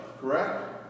Correct